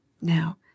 Now